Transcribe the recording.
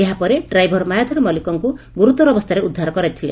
ଏହାପରେ ଡ୍ରାଇଭର୍ ମାୟାଧର ମଲ୍କିକକୁ ଗୁରୁତର ଅବସ୍ଚାରେ ଉଦ୍ଧାର କରିଥିଲେ